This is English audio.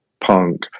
punk